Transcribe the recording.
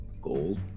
gold